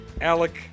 Alec